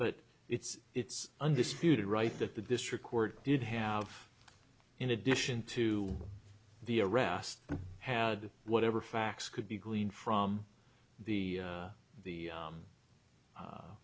but it's it's undisputed right that the district court did have in addition to the arrest had whatever facts could be gleaned from the the